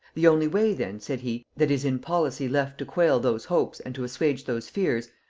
the only way then, said he, that is in policy left to quail those hopes and to assuage those fears,